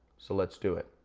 so let's do it.